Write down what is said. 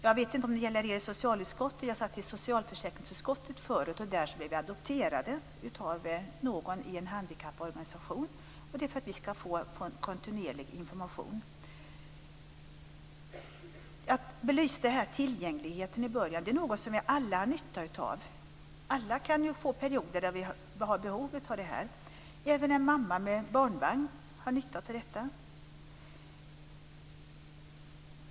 Jag vet inte om det gäller er i socialutskottet, men jag satt förut i socialförsäkringsutskottet, och där blev vi adopterade av någon i en handikapporganisation för att vi skulle få kontinuerlig information. Jag tog upp tillgängligheten i början. Det är någonting som vi alla har nytta och behov av i olika perioder. En mamma med barnvagn har nytta av det.